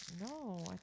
No